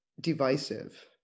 divisive